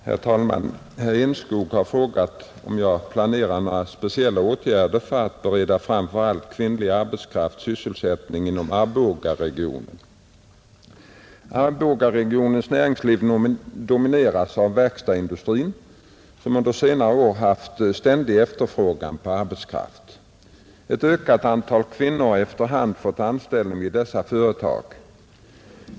Herr talman! Herr Enskog har frågat om jag planerar några speciella åtgärder för att bereda framför allt kvinnlig arbetskraft sysselsättning inom Arbogaregionen. Arbogaregionens näringsliv domineras av verkstadsindustrin, som under senare år haft ständig efterfrågan på arbetskraft. Ett ökande antal kvinnor har efter hand fått anställning vid dessa företag.